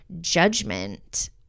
judgment